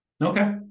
Okay